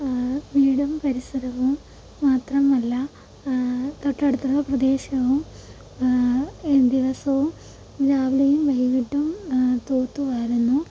ആ വീടും പരിസരവും മാത്രമല്ല തൊട്ടടുത്തുള്ള പ്രദേശവും ദിവസവും രാവിലെയും വൈകിട്ടും തൂത്തു വാരുന്നു